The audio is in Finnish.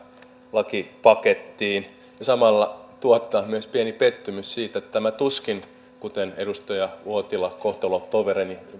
lakipakettiin ja samalla tuottaa myös pieni pettymys siinä että tämä tuskin kuten edustaja uotila kohtalotoverini